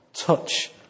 touch